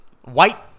White